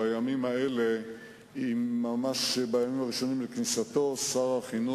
לחשק לגמרי שר-על